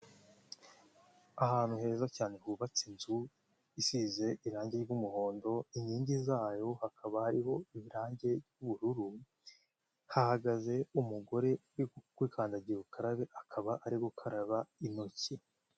Ahantu heza cyane hubatse inzu isize irangi ry'umuhondo, inkingi zayo hakaba hariho ibirangi ry'ubururu, hahagaze umugore kuri kandagira ukarabe akaba ari gukaraba intoki.